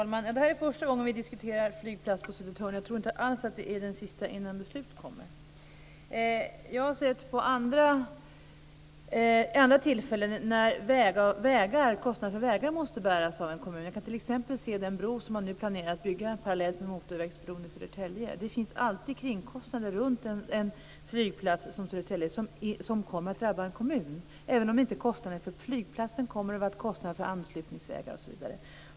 Herr talman! Detta är första gången vi diskuterar flygplats på Södertörn. Jag tror inte alls att det är den sista innan beslut kommer. Jag har vid andra tillfällen sett hur kostnader för vägar måste bäras av en kommun. Jag kan t.ex. se den bro som man nu planerar att bygga parallellt med motorvägsbron i Södertälje. Det finns alltid kringkostnader runt en flygplats som den på Södertörn som kommer att drabba en kommun. Även om det inte är kostnader för flygplatsen kommer det kostnader för anslutningsvägar, osv.